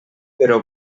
però